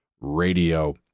radio